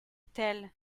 telle